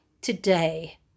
today